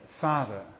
father